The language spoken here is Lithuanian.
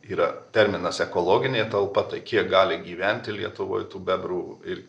yra terminas ekologinė talpa tai kiek gali gyventi lietuvoj tų bebrų ir